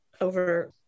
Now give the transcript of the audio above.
over